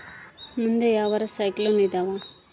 ಮುಂದೆ ಯಾವರ ಸೈಕ್ಲೋನ್ ಅದಾವ?